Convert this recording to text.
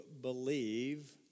believe